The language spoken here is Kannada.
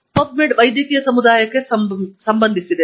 ಪಬ್ಮೆಡ್ ವೈದ್ಯಕೀಯ ಸಮುದಾಯಕ್ಕೆ ಸಂಬಂಧಿಸಿದೆ